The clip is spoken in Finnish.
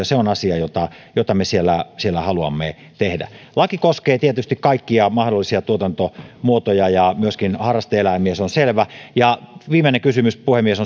se on asia jota jota me siellä siellä haluamme tehdä laki koskee tietysti kaikkia mahdollisia tuotantomuotoja ja myöskin harraste eläimiä se on selvä viimeinen kysymys puhemies